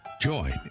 Join